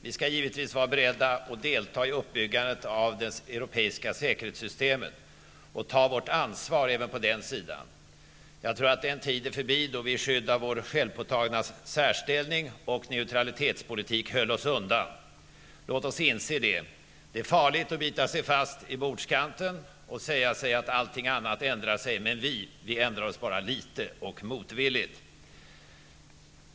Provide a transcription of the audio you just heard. Vi skall givetvis vara beredda att delta i uppbyggandet av det europeiska säkerhetssystemet och ta vårt ansvar även på den sidan. Jag tror att den tid är förbi då vi i skydd av vår självpåtagna särställning och neutralitetspolitik höll oss undan. Låt oss inse det. Det är farligt att bita sig fast vid bordskanten och säga sig att allting annat ändrar sig, men vi, vi ändrar oss bara litet och motvilligt.